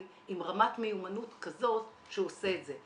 עם רמת מיומנות כזאת שהוא עושה את זה.